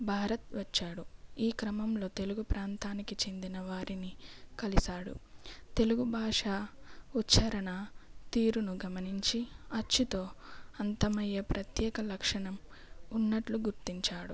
భారత్ వచ్చాడు ఈ క్రమంలో తెలుగు ప్రాంతానికి చెందిన వారిని కలిసాడు తెలుగు భాష ఉచ్ఛరణ తీరును గమనించి అచ్చుతో అంతమయ్యే ప్రత్యేక లక్షణం ఉన్నట్లు గుర్తించాడు